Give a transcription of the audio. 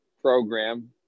Program